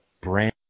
brand